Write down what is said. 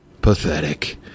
pathetic